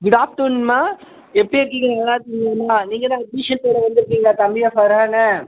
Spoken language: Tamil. குட் ஆஃப்ட்டுன்மா எப்படி இருக்கீங்க நீங்கள் நல்லாயிருக்கீங்களாமா நீங்கள் தான் அட்மிஷன் போட வந்துருக்கீங்களா தம்பியை ஃபரானை